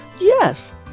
yes